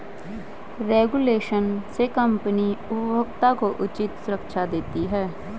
regulation से company उपभोक्ता को उचित सुरक्षा देती है